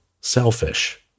Selfish